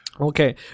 Okay